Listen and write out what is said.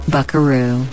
Buckaroo